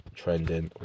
trending